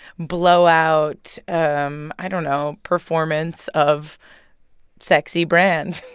blowout um i don't know performance of sexy brands